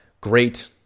great